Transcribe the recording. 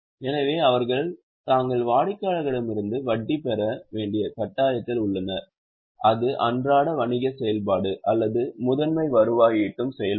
எனவே அவர்கள் தங்கள் வாடிக்கையாளர்களிடமிருந்து வட்டி பெற வேண்டிய கட்டாயத்தில் உள்ளனர் அது அன்றாட வணிக செயல்பாடு அல்லது முதன்மை வருவாய் ஈட்டும் செயல்பாடு